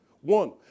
One